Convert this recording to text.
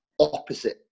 opposite